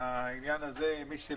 התנאי הזה הוא תנאי למכסות החדשות.